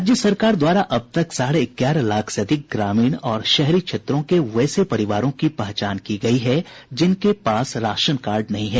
राज्य सरकार द्वारा अब तक साढ़े ग्यारह लाख से अधिक ग्रामीण और शहरी क्षेत्रों के वैसे परिवारों की पहचान की गयी है जिनके पास राशन कार्ड नहीं है